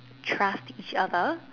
trust each other